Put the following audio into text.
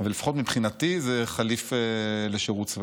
לפחות מבחינתי, זה חליף לשירות צבאי.